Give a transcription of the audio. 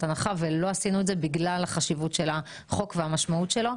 הנחה ולא עשינו את זה בגלל החשיבות של החוק והמשמעות שלו.